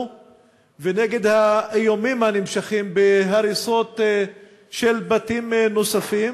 ונגד האיומים הנמשכים בהריסת בתים נוספים,